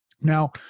Now